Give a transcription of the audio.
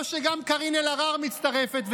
או שגם קארין אלהרר מצטרפת,